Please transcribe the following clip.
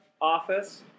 office